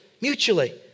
mutually